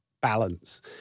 Balance